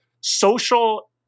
social